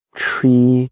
tree